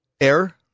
air